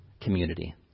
community